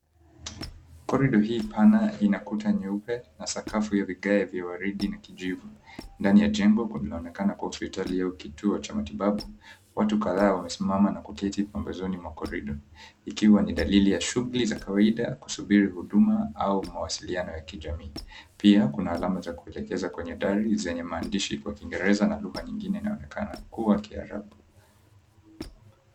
Korido hii pana ina kuta nyeupe na sakafu ya vigae vya waridi na kijivu. Ndani ya jengo kunaonekana kuWa hospitali au kituo cha matibabu. Watu kadhaa wamesimama na kuketi pembezoni mwa korido ikiwa ni dalili ya shughuli za kawaida, kusubiri huduma au mawasiliano ya kijamii. Pia kuna alama za kuelekeza kwenye dari zenye maandishi kwa kiingereza na lugha nyengine inaonekana kuwa Kiarabu.